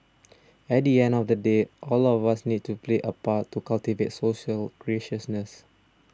at the end of the day all of us need to play a part to cultivate social graciousness